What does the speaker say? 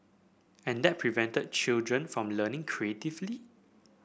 and that prevented children from learning creatively